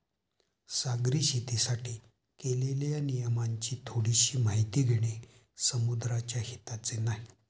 सागरी शेतीसाठी केलेल्या नियमांची थोडीशी माहिती घेणे समुद्राच्या हिताचे नाही